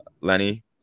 Lenny